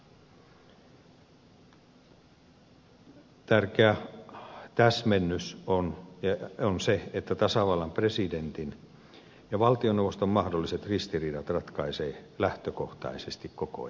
tärkeä täsmennys on se että tasavallan presidentin ja valtioneuvoston mahdolliset ristiriidat ratkaisee lähtökohtaisesti koko eduskunta